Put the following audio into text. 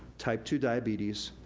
type two diabetes,